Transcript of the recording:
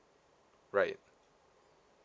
right